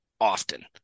often